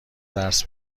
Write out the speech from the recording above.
درس